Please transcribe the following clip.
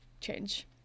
change